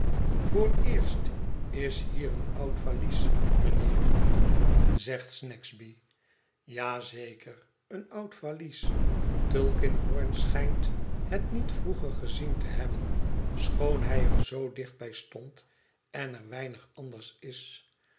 vooreerst is hier een oud valies mijnheer zegt snagsby ja zeker een oud valies tulkinghorn schijnt het niet vroeger gezien te hebben schoon hij er zoo dicht bij stond en er weinig anders is